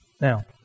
Now